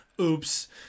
Oops